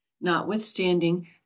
notwithstanding